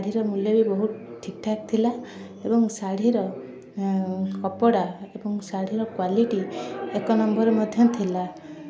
ସେ ଶାଢ଼ୀର ମୂଲ୍ୟ ବି ବହୁତ ଠିକଠାକ୍ ଥିଲା ଏବଂ ଶାଢ଼ୀର କପଡ଼ା ଏବଂ ଶାଢ଼ୀର କ୍ଵାଲିଟି ଏକ ନମ୍ବର୍ ମଧ୍ୟ ଥିଲା